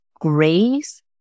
grace